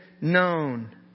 known